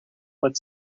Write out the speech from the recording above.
but